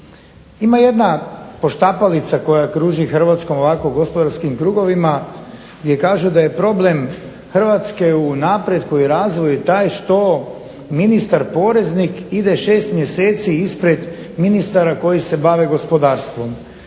Ima jedna poštapalica koja kruži Hrvatskom ovako u gospodarskim krugovima, gdje kaže da je problem Hrvatske u napretku i razvoju taj što ministar poreznik ide šest mjeseci ispred ministara koji se bave gospodarstvom.